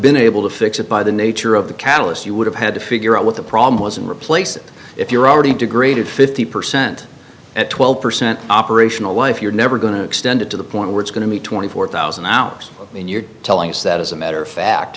been able to fix it by the nature of the catalyst you would have had to figure out what the problem was and replace it if you're already degraded fifty percent at twelve percent operational why if you're never going to extend it to the point where it's going to be twenty four thousand alex then you're telling us that as a matter of fact